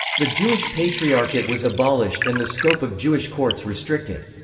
the jewish patriarchate was abolished and the scope of jewish courts restricted.